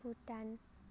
Bhutan